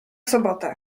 sobotę